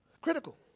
Critical